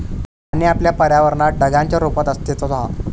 पाणी आपल्या पर्यावरणात ढगांच्या रुपात अस्तित्त्वात हा